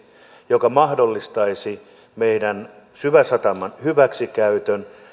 joka mahdollistaisi meidän syväsataman hyväksikäytön